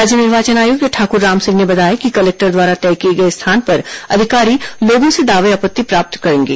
राज्य निर्वाचन आयुक्त ठाकुर रामसिंह ने बताया कि कलेक्टर द्वारा तय किए गए स्थान पर अधिकारी लोगों से दावे आपत्ति प्राप्त करेंगे